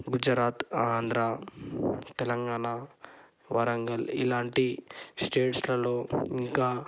గుజరాత్ ఆంధ్ర తెలంగాణ వరంగల్ ఇలాంటి స్టేట్స్లలో ఇంకా